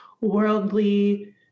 worldly